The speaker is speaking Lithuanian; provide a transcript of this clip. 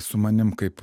su manim kaip